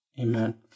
Amen